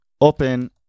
open